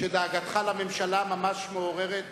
דאגתך לממשלה ממש מעוררת